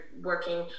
working